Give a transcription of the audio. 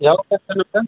ಯಾವ pattern sir